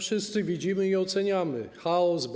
Wszyscy widzimy i oceniamy: chaos,